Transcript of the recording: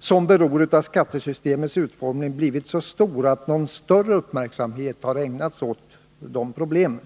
som beror av skattesystemets utformning, blivit så stora att någon större uppmärksamhet ägnats åt dessa problem.